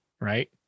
right